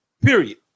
Period